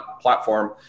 platform